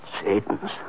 Satan's